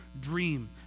dream